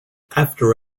after